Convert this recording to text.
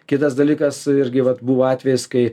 kitas dalykas irgi vat buvo atvejis kai